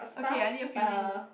okay I need to fill in